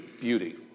beauty